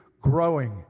growing